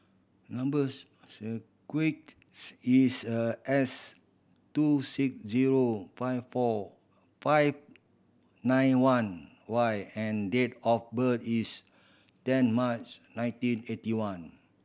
number is A S two six zero five four five nine one Y and date of birth is ten March nineteen eighty one